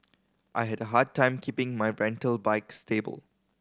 I had a hard time keeping my rental bike stable